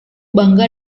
bangga